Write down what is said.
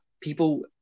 people